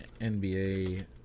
nba